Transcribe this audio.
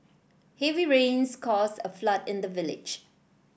heavy rains caused a flood in the village